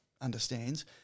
understands